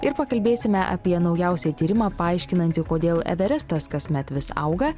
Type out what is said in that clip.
ir pakalbėsime apie naujausią tyrimą paaiškinantį kodėl everestas kasmet vis auga